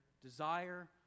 desire